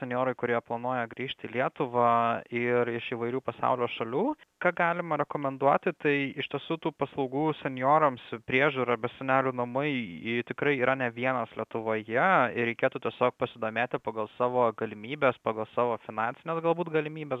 senjorai kurie planuoja grįžti į lietuvą ir iš įvairių pasaulio šalių ką galima rekomenduoti tai iš tiesų tų paslaugų senjorams priežiūra be senelių namai ji tikrai yra ne vienas lietuvoje reikėtų tiesiog pasidomėti pagal savo galimybes pagal savo finansines galbūt galimybes